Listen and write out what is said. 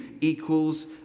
equals